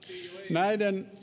näiden